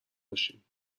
باشیم